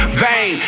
vein